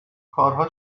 کارها